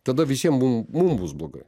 tada visiem mum mum bus blogai